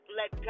let